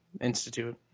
Institute